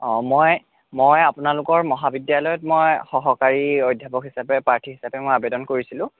অঁ মই মই আপোনালোকৰ মহাবিদ্যালয়ত মই সহকাৰী অধ্যাপক হিচাপে প্ৰাৰ্থী হিচাপে মই আবেদন কৰিছিলোঁ